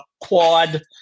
quad